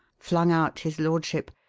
flung out his lordship,